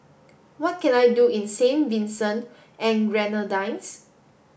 what can I do in Saint Vincent and Grenadines